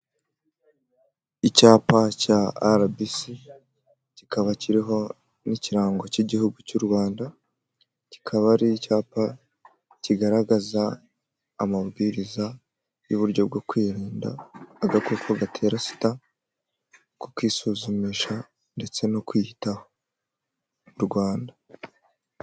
Icyapa cya RBC kikaba kiriho ikirango cy'igihugu cy'u Rwanda, kikaba ari icyapa kigaragaza amabwiriza y'uburyo bwo kwirinda agakoko gatera Sida k'ukisuzumisha ndetse no kwiyitaho u Rwanda.